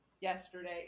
yesterday